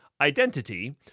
identity